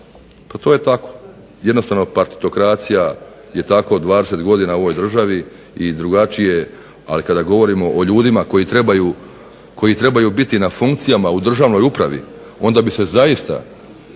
To je tako. Jednostavno partitokracija je tako 20 godina u ovoj državi i drugačije, ali kada govorimo o ljudima koji trebaju biti na funkcijama u državnoj pravi, onda bi se zaista